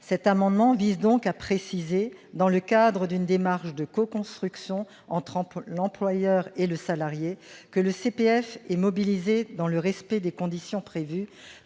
Cet amendement vise donc à préciser, dans le cadre d'une démarche de coconstruction entre l'employeur et le salarié, que le CPF est mobilisé dans le respect des conditions prévues